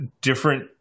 different